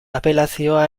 apelazioa